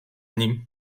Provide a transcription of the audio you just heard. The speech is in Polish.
nim